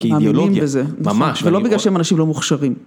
האידיאולוגיה, ממש. ולא בגלל שהם אנשים לא מוכשרים.